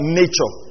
nature